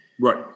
right